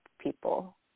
people